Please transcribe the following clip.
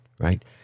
right